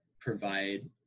provide